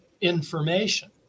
information